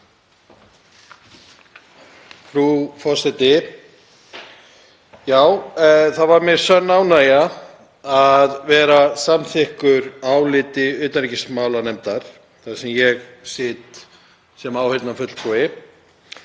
Frú forseti. Það var mér sönn ánægja að vera samþykkur áliti utanríkismálanefndar þar sem ég sit sem áheyrnarfulltrúi.